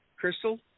Crystal